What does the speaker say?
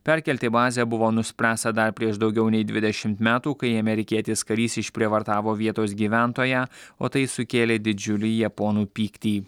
perkelti į bazę buvo nuspręsta dar prieš daugiau nei dvidešimt metų kai amerikietis karys išprievartavo vietos gyventoją o tai sukėlė didžiulį japonų pyktį